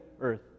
earth